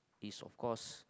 it's of cause